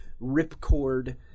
ripcord